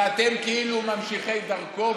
שאתם כאילו ממשיכי דרכו,